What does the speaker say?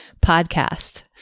podcast